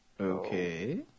Okay